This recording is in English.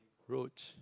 roach